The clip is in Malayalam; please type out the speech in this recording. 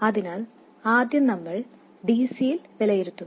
അതിനാൽ ആദ്യം നമ്മൾ dc യിൽ വിലയിരുത്തുന്നു